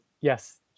Yes